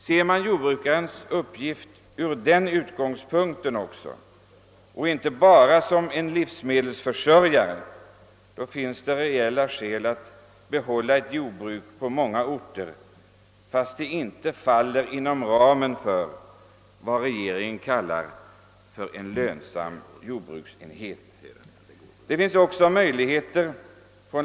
Ser man jordbrukarens uppgift även ur den synpunkten och inte bara betraktar honom som en livsmedelsförsörjare, finns det reella skäl att behålla jordbruk på många orter, fastän jordbruken inte faller inom ramen för vad regeringen kallar en lönsam jordbruksenhet.